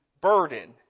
burden